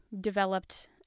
developed